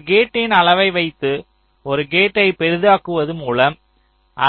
ஒரு கேட்டின் அளவை வைத்து ஒரு கேட்டை பெரிதாக்குவது மூலம்